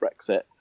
Brexit